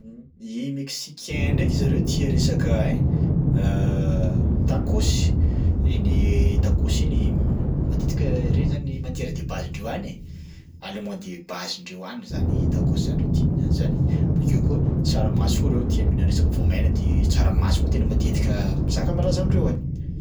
Mmh, i mexicain ndraiky zareo tia resaka ein tacos, iny tacos iny matetika ireny zany matière de basendreo any e, aliment de basendreo any zany tacos zany, reo tia mihinana zany. Bakeo koa tsaramaso koa reo tia mihinana resaka voamaina de tsaramaso moa tena matetika zaka malaza amindreo any.